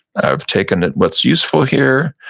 i've taken what's useful here.